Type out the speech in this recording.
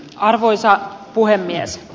arvoisa puhemies